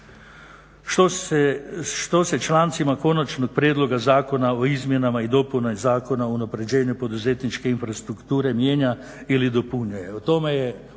Što se člancima Konačnog prijedloga zakona o izmjenama i dopunama Zakona o unapređenju poduzetničke infrastrukture mijenja ili dopunjuje? O tome je